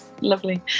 lovely